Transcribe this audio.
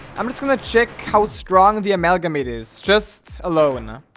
i'm just gonna check how strong the amalgamate is just alone now